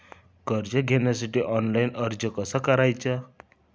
कर्ज घेण्यासाठी ऑनलाइन अर्ज कसा करायचा?